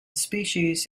species